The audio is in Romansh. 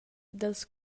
dals